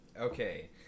Okay